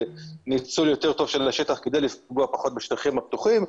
ניצול יותר טוב של השטח כדי לפגוע פחות בשטחים הפתוחים,